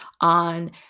on